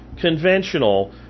conventional